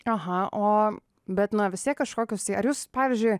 aha o bet nu vis tiek kažkokius ar jūs pavyzdžiui